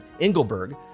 Engelberg